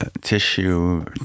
tissue